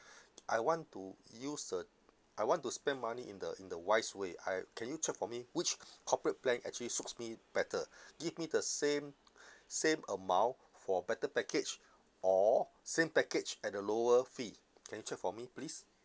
I want to use the I want to spend money in the in the wise way I can you check for me which corporate plan actually suits me better give me the same same amount for better package or same package at a lower fee can you check for me please